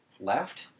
left